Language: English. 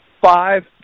Five